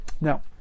now